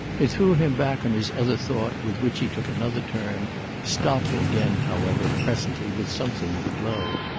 it threw him back on his other thought, with which he took another turn stopping again, however, presently with something of a glow.